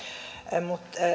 mutta